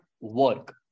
work